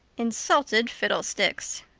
insulted fiddlesticks!